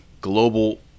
Global